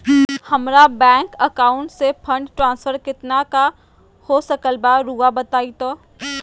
हमरा bank account से fund transfer कितना का हो सकल बा रुआ बताई तो?